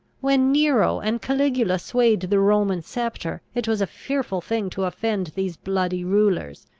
when nero and caligula swayed the roman sceptre, it was a fearful thing to offend these bloody rulers.